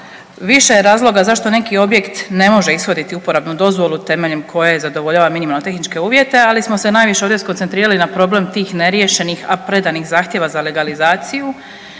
Više je razloga zašto neki objekt ne može ishoditi uporabnu dozvolu temeljem koje zadovoljava minimalno-tehničke uvjete, ali smo se najviše ovdje skoncentrirali na problem tih neriješenih, a predanih zahtjeva za legalizaciju